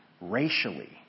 racially